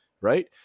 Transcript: Right